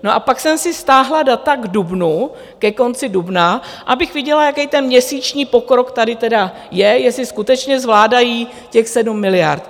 A pak jsem si stáhla data k dubnu, ke konci dubna, abych viděla, jaký ten měsíční pokrok tady tedy je, jestli skutečně zvládají těch 7 miliard.